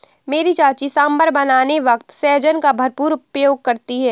मेरी चाची सांभर बनाने वक्त सहजन का भरपूर प्रयोग करती है